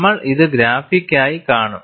നമ്മൾ ഇത് ഗ്രാഫിക്കായി കാണും